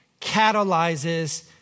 catalyzes